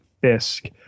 fisk